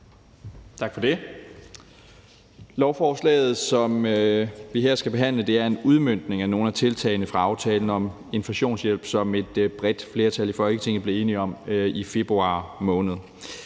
Tak for det. Lovforslaget, som vi her skal behandle, er en udmøntning af nogle af tiltagene fra aftalen om inflationshjælp, som et bredt flertal i Folketinget blev enige om i februar måned.